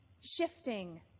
shifting